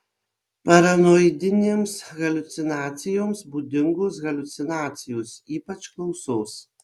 paranoidinėms haliucinacijoms būdingos haliucinacijos ypač klausos